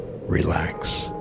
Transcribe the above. relax